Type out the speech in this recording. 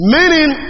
Meaning